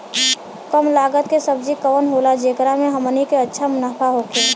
कम लागत के सब्जी कवन होला जेकरा में हमनी के अच्छा मुनाफा होखे?